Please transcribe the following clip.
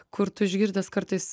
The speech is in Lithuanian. kur tu išgirdęs kartais